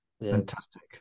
fantastic